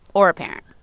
or a parent.